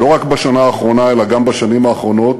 לא רק בשנה האחרונה אלא גם בשנים האחרונות,